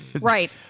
Right